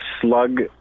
slug